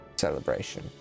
celebration